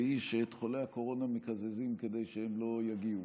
והיא שאת חולי הקורונה מקזזים כדי שהם לא יגיעו.